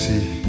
See